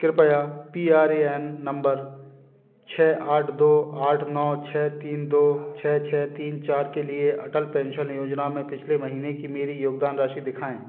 कृपया P R A N number छः आठ दो आठ नौ छः तीन दो छः छः तीन चार के लिए अटल पेंशन योजना में पिछले महीने की मेरी योगदान राशि दिखाएँ